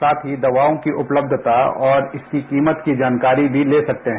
साथ ही दवाओं की उपलब्धता और इसकी कीमत की जानकारी भी ले सकते है